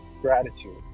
gratitude